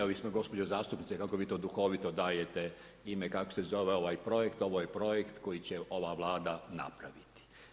Neovisno gospođo zastupnice kako Vi to duhovito dajete ime kako se zove ovaj projekt, ovo je projekt koji će ova Vlada napraviti.